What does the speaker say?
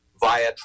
via